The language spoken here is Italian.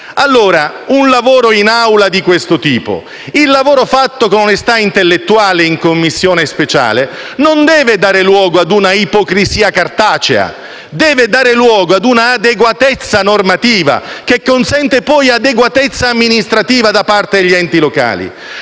Dunque, un lavoro in Assemblea di questo tipo e il lavoro fatto con onestà intellettuale in Commissione speciale non devono dar luogo ad un'ipocrisia cartacea: devono dare luogo ad un'adeguatezza normativa che consenta poi adeguatezza amministrativa da parte degli enti locali.